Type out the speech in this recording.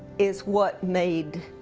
is what made